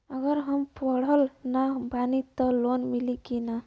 अगर हम पढ़ल ना बानी त लोन मिली कि ना?